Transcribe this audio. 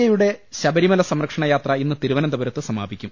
A യുടെ ശബരിമല സംരക്ഷണ യാത്ര ഇന്ന് തിരുവനന്തപുരത്ത് സമാപിക്കും